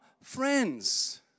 friends